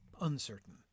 uncertain